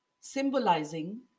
symbolizing